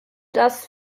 das